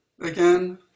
Again